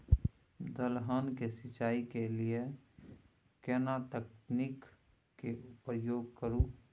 दलहन के सिंचाई के लिए केना तकनीक के प्रयोग करू?